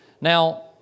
Now